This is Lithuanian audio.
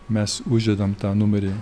mes uždedam tą numerį